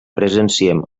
presenciem